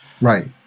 Right